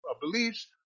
beliefs